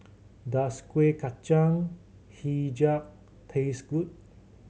does Kuih Kacang Hijau taste good